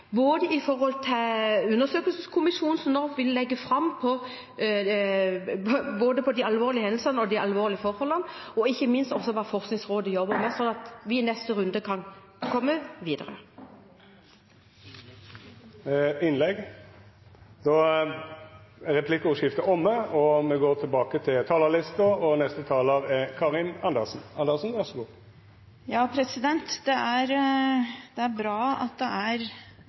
vil legge fram og se på de alvorlige hendelsene og forholdene, og ikke minst også på hva Forskningsrådet jobber med, sånn at vi i neste runde kan komme videre. Då er replikkordskiftet omme. Dei talarane som heretter får ordet, har også ei taletid på inntil 3 minutt. Det er bra at det er stor enighet om målene, men det er en realitet at hvis man vil gjøre noe med dette, må man prioritere det